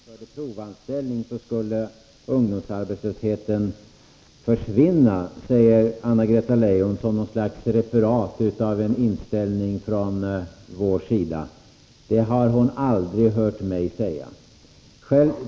Fru talman! Bara vi ändrade anställningsskyddslagen och införde provanställning skulle ungdomsarbetslösheten försvinna, säger Anna-Greta Leijon som något slags referat av en inställning från vår sida. Detta har hon aldrig hört mig säga.